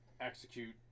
execute